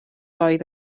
oedd